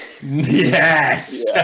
Yes